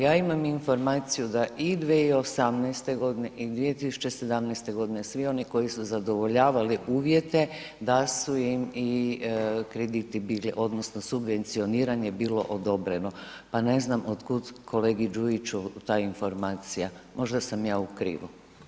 Ja imam informaciju za i 2018. godine i 2017. godine, svi oni koji su zadovoljavali uvjete, da su im i krediti bili odnosno subvencioniranje je bilo odobreno, pa ne znam otkud kolegi Đujiću ta informacija, možda sam ja u krivu.